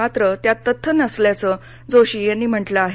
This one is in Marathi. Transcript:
मात्र त्यात तथ्य नसल्याचं जोशी यांनी म्हटलं आहे